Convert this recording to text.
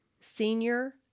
Senior